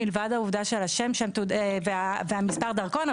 מלבד העובדה של השם ומספר דרכון,